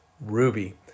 ruby